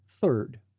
third